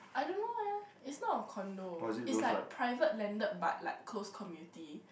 I don't know eh it's not a condo it's like private landed but like close community